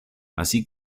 así